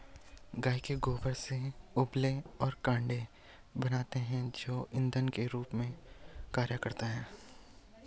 गाय के गोबर से उपले और कंडे बनते हैं जो इंधन के रूप में कार्य करते हैं